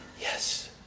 Yes